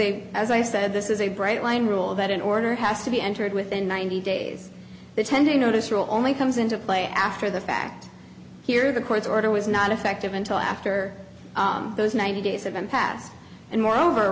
a as i said this is a bright line rule that an order has to be entered within ninety days the ten day notice rule only comes into play after the fact here the court's order was not effective until after those ninety days have been passed and moreover